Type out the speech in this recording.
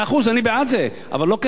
מאה אחוז, אני בעד זה, אבל לא כחובה.